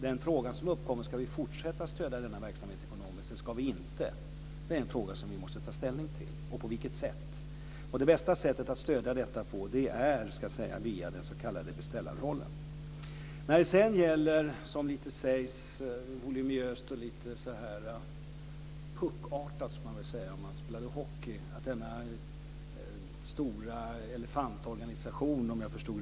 De frågor som uppkommer är: Ska vi fortsätta att stödja denna verksamhet ekonomiskt eller ska vi inte göra det? På vilket sätt ska vi i så fall göra det? Det är frågor som vi måste ta ställning till. Det bästa sättet att stödja detta på är, ska jag säga, via den s.k. beställarrollen. Lite voluminöst och lite puckartat skulle man säga om man spelade hockey nämndes, om jag förstod det rätt, den stora elefantorganisationen NUTEK och ALMI.